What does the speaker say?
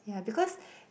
yeah because